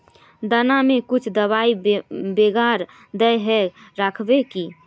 दाना में कुछ दबाई बेगरा दय के राखबे की?